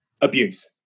abuse